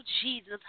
jesus